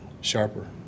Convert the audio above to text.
sharper